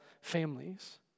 families